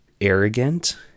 arrogant